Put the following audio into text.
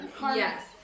Yes